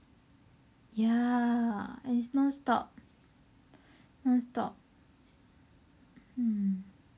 ya and it's non stop non stop mm